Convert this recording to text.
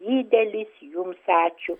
didelis jums ačiū